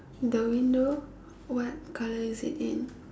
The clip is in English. the window what colour is it in